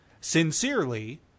sincerely